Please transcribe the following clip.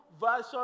version